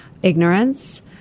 Ignorance